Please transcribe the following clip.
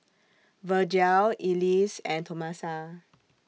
Virgel Elease and Tomasa